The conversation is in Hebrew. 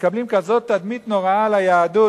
מקבלים כזאת תדמית נוראה על היהדות,